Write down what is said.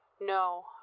No